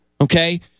Okay